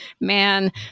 man